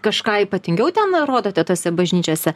kažką ypatingiau ten rodote tose bažnyčiose